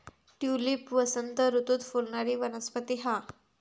tulip वसंत ऋतूत फुलणारी वनस्पती हा